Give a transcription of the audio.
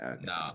No